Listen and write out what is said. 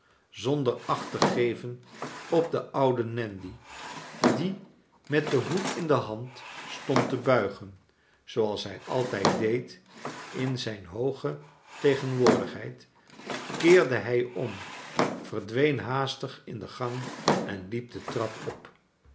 zonder acht te geven op den ouden nandy die met den hoed in de hand stond te buigen zooals hij altijd deed in zijn hooge tegenwoordigheid keerde hij om verdween haastig in de gang en liep de trap op